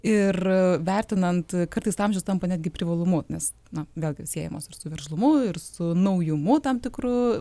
ir vertinant kartais amžius tampa netgi privalumu nes na gal siejamos ir su verslumu ir su naujumu tam tikru